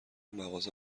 مغازه